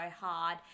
hard